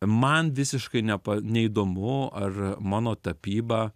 man visiškai nepa neįdomu ar mano tapyba